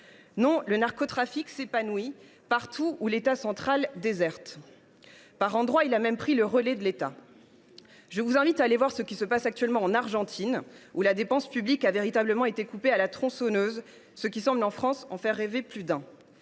le narcotrafic s’épanouit partout où l’État central déserte. Par endroits, il a même pris le relais de l’État. Je vous invite à aller voir ce qui se passe actuellement en Argentine, où la dépense publique a véritablement été coupée à la tronçonneuse, ce qui semble en faire rêver plus d’un